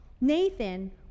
Nathan